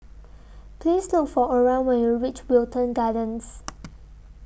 Please Look For Oran when YOU REACH Wilton Gardens